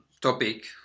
topic